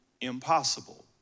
impossible